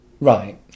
right